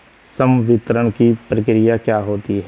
संवितरण की प्रक्रिया क्या होती है?